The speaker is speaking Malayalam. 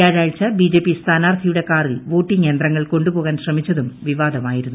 വൃാഴാഴ്ച ബിജെപി സ്ഥാനാർത്ഥിയുടെ കാറിൽ വോട്ടിങ് യന്ത്രങ്ങൾ കൊണ്ടുപോകാൻ ശ്രമിച്ചതും വിവാദമായിരുന്നു